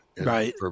right